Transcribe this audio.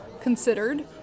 considered